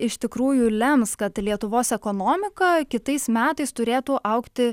iš tikrųjų lems kad lietuvos ekonomika kitais metais turėtų augti